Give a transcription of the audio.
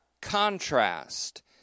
contrast